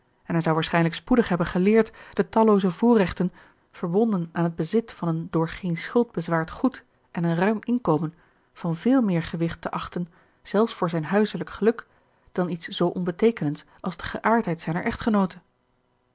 en hij zou waarschijnlijk spoedig hebben geleerd de tallooze voorrechten verbonden aan het bezit van een door geen schuld bezwaard goed en een ruim inkomen van veel meer gewicht te achten zelfs voor zijn huiselijk geluk dan iets zoo onbeteekenends als de geaardheid zijner